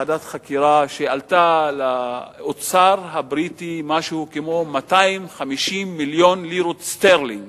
ועדת חקירה שעלתה לאוצר הבריטי משהו כמו 250 מיליון לירות שטרלינג.